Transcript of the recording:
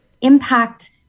impact